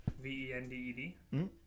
V-E-N-D-E-D